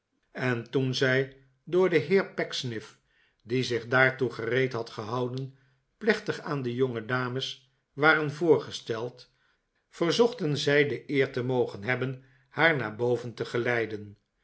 en toen zij door den heer pecksniff die zich daartoe gereed had gehouden plechtig aan de jongedames waren voorgesteld verzochten zij de eer te mogen hebben haar naar boven te geleiden